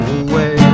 away